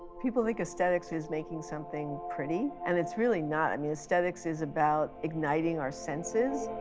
people think aesthetics is making something pretty and it's really not. i mean, aesthetics is about igniting our senses.